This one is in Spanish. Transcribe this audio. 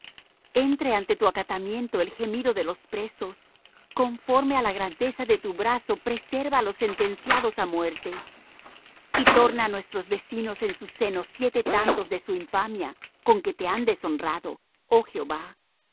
entre ante tu acatamiento el gemido de los presos conforme á la grandeza de tu brazo preserva á los sentenciados á muerte y torna á nuestros vecinos en su seno siete tantos de su infamia con que te han deshonrado oh jehová